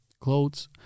clothes